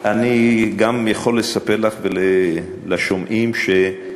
אני גם יכול לספר לך ולשומעים שבדימונה,